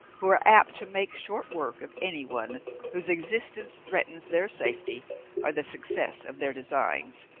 who are apt to make short work of anyone whose existence threatens their safety or the success of their designs.